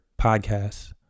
podcasts